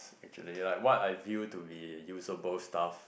actually like what I view to be usable stuffs